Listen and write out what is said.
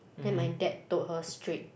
then my dad told her straight